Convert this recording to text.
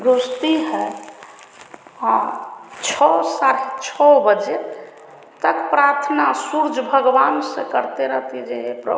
घुसती है और छह साढ़े छह बजे तक प्रार्थना सूर्य भगवान से करती रहती है जो हे प्रभु